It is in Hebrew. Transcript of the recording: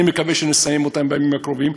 אני מקווה שנסיים אותם בימים הקרובים.